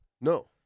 No